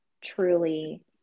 truly